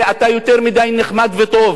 אתה יותר מדי נחמד וטוב.